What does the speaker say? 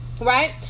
right